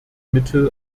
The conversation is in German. mittel